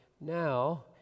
now